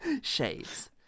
Shades